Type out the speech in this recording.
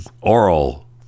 oral